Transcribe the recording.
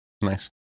Nice